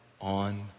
on